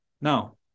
Now